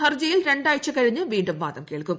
ഹർജിയിൽ രണ്ടാഴ്ച കഴിഞ്ഞ് വീണ്ടും വാദം കേൾക്കും